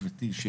גברתי,